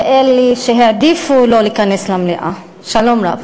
ואלה שהעדיפו שלא להיכנס למליאה, שלום רב,